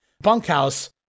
bunkhouse